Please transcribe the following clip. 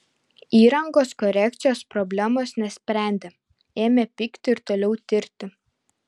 įrangos korekcijos problemos nesprendė ėmė pykti ir toliau tirti